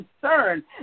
concern